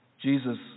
Jesus